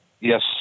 Yes